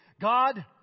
God